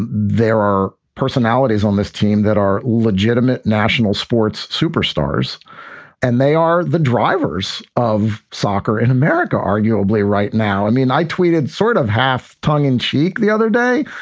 and there are personalities on this team that are legitimate national sports superstars and they are the drivers of soccer in america arguably right now. i mean, i tweeted sort of half tongue in cheek the other day.